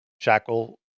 Shackle